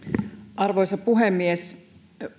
arvoisa puhemies